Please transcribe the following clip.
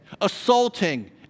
assaulting